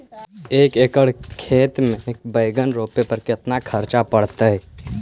एक एकड़ खेत में बैंगन रोपे में केतना ख़र्चा पड़ जितै?